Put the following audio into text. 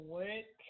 work